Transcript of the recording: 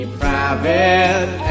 private